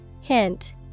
Hint